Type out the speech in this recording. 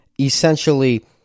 essentially